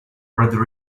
red